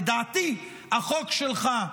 לדעתי, החוק שלך,